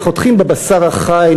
שחותכים בבשר החי,